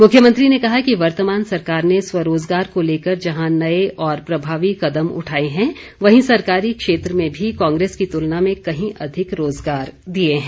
मुख्यमंत्री ने कहा कि वर्तमान सरकार ने स्वरोज़गार को लेकर जहां नए और प्रभावी कदम उठाए हैं वहीं सरकारी क्षेत्र में भी कांग्रेस की तुलना में कहीं अधिक रोज़गार दिए हैं